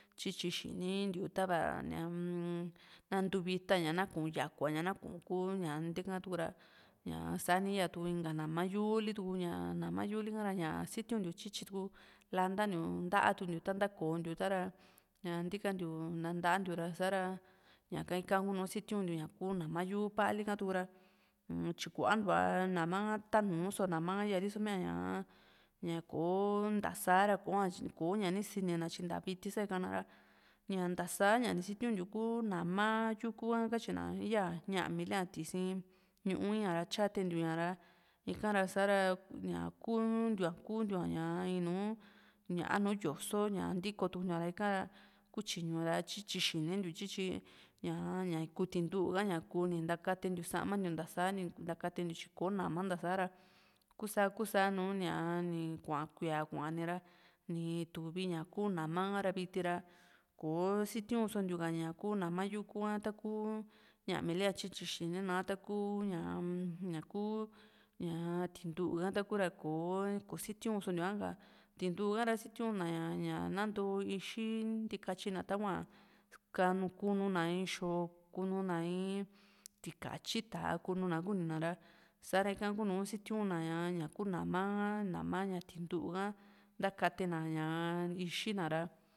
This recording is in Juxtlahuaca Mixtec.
tyítyi xinintiu ta´va ñaa-m na ntu vita ña ná kúu yakua ña ná kúu ku nteka tukura ñaa sani íyatuku inka nama yúuli tuku ña nam yúuli ka ra ña sitiuntiu tyítyi tuku lantantiu ntáa tukuntiu ta ntákontiu ta ra ña ntikantiu nantantiu ra sa´ra ñaka íka kunu sitiuntiu ñakú nama yúu paalika tuku ra tyikuantu´a nama ha tánu so nama ha yáriso míaaña ña kò´o ntá sa ra ko´a koña ni sinina tyi nta viti sani kana ra ñá ntasa ñani sitiuntiu ku nama yúku ha katyina ya ñamília tisi ñuu i´a ra tyatentiu ña ra ikara sa´ra ñá kuntiu´a kuntiu´a ña in nùù a nú yoso ntikotuntiu´a ra ika ra kutyiñu ñá ra ty´tyi xinintiu ra tyítyi ñ+a kuu tintú ka ni ntakatentiu samantiu ntasa ni ntakatentiu tyi kò´o nama sár´ra kusa kusa nùù ñaa ni kua kuía kua ra nituvi ña kuu nama ha ra viti ra kò´o sitiunso ntiuka ña kuu nama yúku ha taku ñamília tyityi xinináa taku ña-m ñá kuu tintú ka taku ra kò´o kositiuso ntiuñaha ka tintú ha ra sitiuntiu na ña´ñá nanto ixi ntikatyi na táhua ka kununa in xoo kunu na in tikatyi tá´a kunu na kuni na ra sa´ra ika kunu sitiun ná ñaku nama ha nama ñá tintú ka ntakate na ixi na ra